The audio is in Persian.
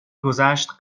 گذشت